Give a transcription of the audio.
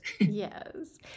Yes